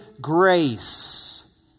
grace